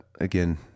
again